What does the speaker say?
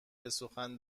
بسخن